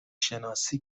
شناسی